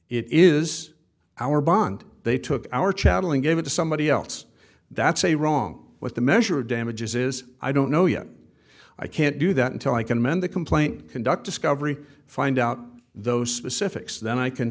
it is our bond they took our chattel and gave it to somebody else that's a wrong what the measure of damages is i don't know yet i can't do that until i can amend the complaint conduct discovery find out those specifics then i can